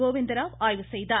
கோவிந்தராவ் ஆய்வு செய்தார்